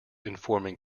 informing